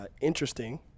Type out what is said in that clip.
interesting